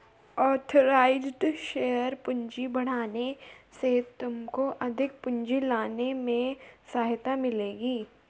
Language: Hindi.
ऑथराइज़्ड शेयर पूंजी बढ़ाने से तुमको अधिक पूंजी लाने में सहायता मिलेगी